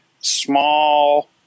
small